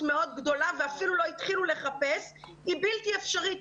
מאוד גדולה ואפילו לא התחילו לחפש היא בלתי אפשרית.